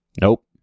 Nope